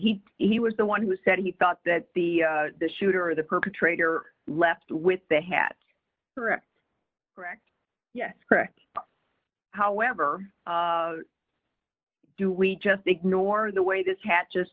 he he was the one who said he thought that the shooter the perpetrator left with the hat correct correct yes correct however do we just ignore the way this had just